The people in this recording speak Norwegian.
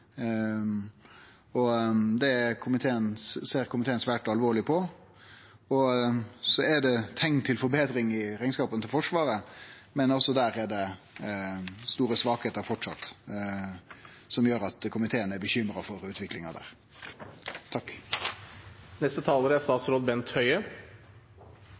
Det ser komiteen svært alvorleg på. Så er det teikn til betring i rekneskapen til Forsvaret, men òg der er det framleis store svakheiter, som gjer at komiteen er bekymra for utviklinga der. Riksrevisjonen har i revisjonen av 2017 vært opptatt av informasjonssikkerhet i statlige virksomheter. Det er